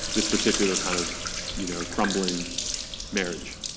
this particular kind of you know crumbling marriage.